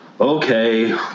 okay